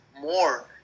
more